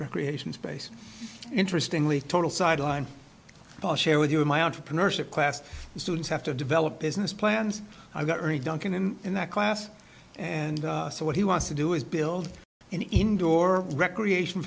recreation space interestingly total sideline i'll share with you in my entrepreneurship class the students have to develop business plans i got me duncan in in that class and so what he wants to do is build an indoor recreation